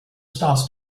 stars